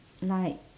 like